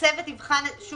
הצוות יבחן את